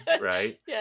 Right